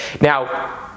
Now